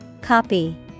Copy